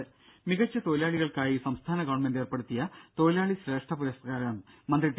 രും മികച്ച തൊഴിലാളികൾക്കായി സംസ്ഥാന ഗവൺമെന്റ് ഏർപ്പെടുത്തിയ തൊഴിലാളി ശ്രേഷ്ഠ പുരസ്കാരം മന്ത്രി ടി